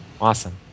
Awesome